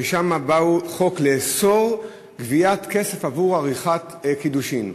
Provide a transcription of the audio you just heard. החוק בא לאסור גביית כסף עבור עריכת קידושין.